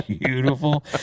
beautiful